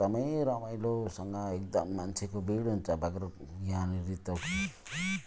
एकदमै रमाइलोसँग एकदम मान्छेको भिड हुन्छ बाख्राकोट यहाँनेरि त